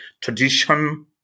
tradition